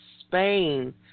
Spain